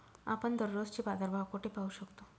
आपण दररोजचे बाजारभाव कोठे पाहू शकतो?